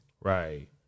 Right